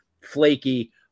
flaky